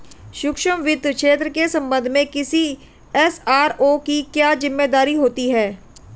सूक्ष्म वित्त क्षेत्र के संबंध में किसी एस.आर.ओ की क्या जिम्मेदारी होती है?